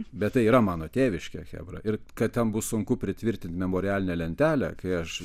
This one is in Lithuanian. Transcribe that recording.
bet tai yra mano tėviškė chebra ir kad ten bus sunku pritvirtinti memorialinę lentelę kai aš